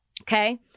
okay